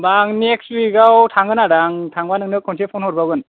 आं नेक्स उयिकाव थांगोन आदा आं थांबा नोंनो खनसे फन हरबावगोन